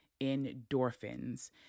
Endorphins